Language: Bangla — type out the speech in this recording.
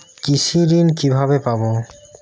কৃষি ঋন কিভাবে পাব?